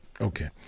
Okay